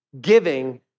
giving